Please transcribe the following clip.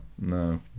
no